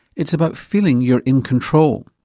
it's about feeling you're in control.